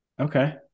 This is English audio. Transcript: okay